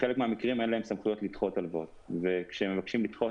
בחלק מהמקרים אין להם סמכויות לדחות הלוואות וכשמבקשים לדחות